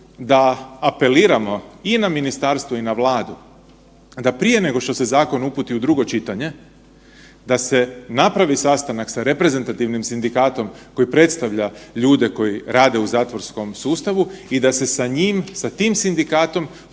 da apeliramo i na ministarstvo i na Vladu, da prije nego što se zakon uputi u drugo čitanje, da se napravi sastanak sa reprezentativnim sindikatom koji predstavlja ljude koji rade u zatvorskom sustavu i da se sa njim, sa tim sindikatom